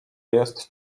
jest